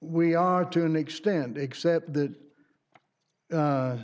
we are to an extent except that